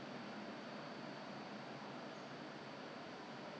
err discount voucher 我就跑去那个 parkway parade mah 每次去那边的吗